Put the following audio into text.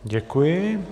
Děkuji.